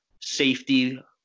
safety